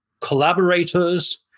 collaborators